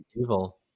evil